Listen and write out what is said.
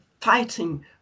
fighting